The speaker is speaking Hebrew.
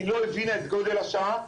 היא לא הבינה את גודל השעה,